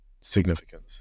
significance